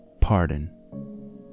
Pardon